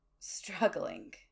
struggling